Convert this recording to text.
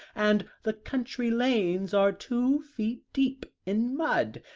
and the country lanes are two feet deep in mud,